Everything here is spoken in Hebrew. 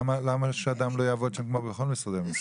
למה שבן אדם לא יעבוד שם כמו בכל משרדי הממשלה?